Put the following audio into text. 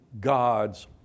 gods